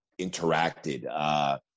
interacted